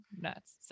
nuts